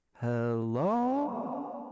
Hello